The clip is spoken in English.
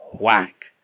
Whack